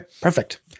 perfect